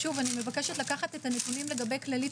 שוב אני מבקשת לקחת את הנתונים לגבי כללית